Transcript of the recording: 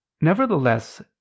nevertheless